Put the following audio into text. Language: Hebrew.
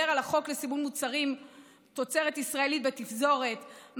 על החוק לסימון מוצרים תוצרת ישראלית בתפזורת,